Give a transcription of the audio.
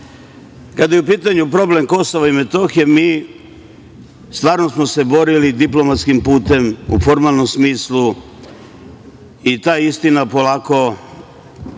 je u pitanju problem Kosova i Metohije, stvarno smo se borili diplomatskim putem u formalnom smislu i ta istina polako